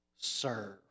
serve